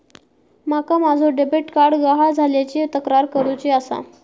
माका माझो debit card गहाळ झाल्याची तक्रार करुची आसा